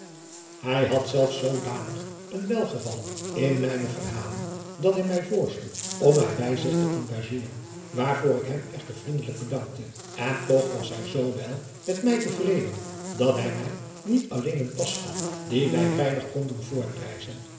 hij had zelfs zoodanig een welgevallen in mijne verhalen dat hij mij voorsloeg om mij bij zich te engageren waarvoor ik hem echter vriendelijk bedankte en toch was hij zoo wel met mij te vreden dat hij mij niet alleen een pas gaf die mij veilig kon doen